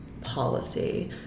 policy